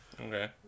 Okay